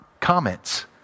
comments